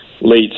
late